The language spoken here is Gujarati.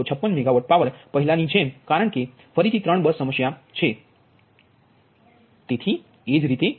556 મેગાવાટ પાવર પહેલાની જેમ છે કારણકે આ ફરીથી 3 બસ સમસ્યા છે ઉદાહરણ 3